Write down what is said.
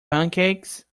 pancakes